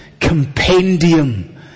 Compendium